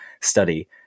study